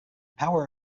power